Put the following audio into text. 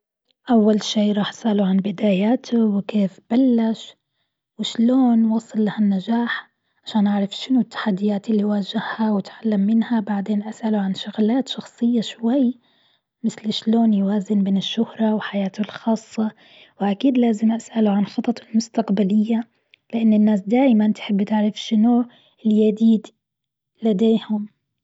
أول شيء راح أسأله عن بداياته وكيف بلش وشلون وصل لهالنجاح، عشان أعرف شنو التحديات اللي واجهها وأتعلم منها. بعدين أسأله عن شغلات شخصية شوي، مثل شلون يوازن بين الشهرة وحياته الخاصة. وأكيد لازم أسأله عن خططه المستقبلية، لأن الناس دايمًا تحب تعرف شنو اليديد اللي عندهم.